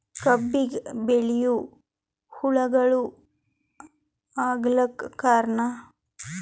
ಕಬ್ಬಿಗ ಬಿಳಿವು ಹುಳಾಗಳು ಆಗಲಕ್ಕ ಕಾರಣ?